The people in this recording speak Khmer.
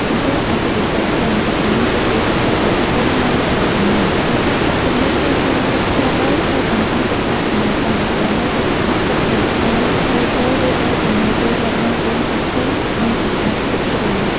ចំពោះអាជីវករវិញ ទឹកជំនន់គឺជាសត្រូវដ៏ធំនៃប្រាក់ចំណេញ ដោយសារហាងទំនិញនៅជាន់ផ្ទាល់ដីត្រូវបង្ខំចិត្តផ្អាកដំណើរការ ដើម្បីទប់ស្កាត់ទឹកកុំឱ្យហូរចូល ឬត្រូវចំណាយពេលរាប់ម៉ោងបូមទឹកចេញ និងសម្អាតភក់ជ្រាំ។